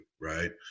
right